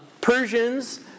Persians